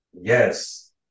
yes